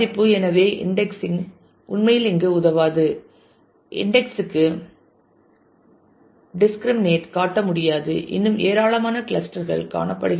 எனவே இன்டெக்ஸிங் உண்மையில் இங்கு உதவாது இன்டெக்ஸ் க்கு டிஸ்கிரிமினேட் காட்ட முடியாது இன்னும் ஏராளமான கிளஸ்டர் கள் காணப்படுகின்றன